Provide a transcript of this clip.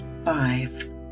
Five